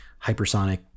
hypersonic